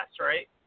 right